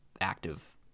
active